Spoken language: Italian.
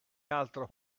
altra